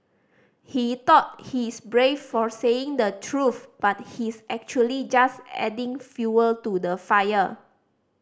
he thought he's brave for saying the truth but he's actually just adding fuel to the fire